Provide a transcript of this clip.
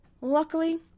Luckily